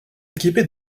équipées